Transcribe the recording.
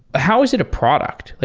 how is it a product? like